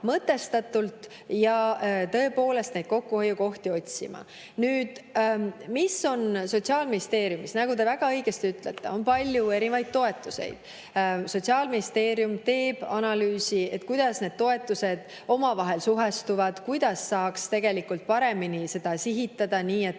ja tõepoolest neid kokkuhoiukohti otsima. Mis on Sotsiaalministeeriumis? Nagu te väga õigesti ütlete, on palju erinevaid toetusi. Sotsiaalministeerium teeb analüüsi, kuidas need toetused omavahel suhestuvad, kuidas saaks paremini sihitada, nii et